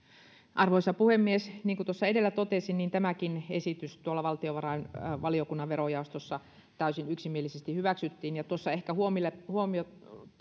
arvoisa puhemies niin kuin tuossa edellä totesin niin tämäkin esitys hyväksyttiin valtiovarainvaliokunnan verojaostossa täysin yksimielisesti ja tuossa ehkä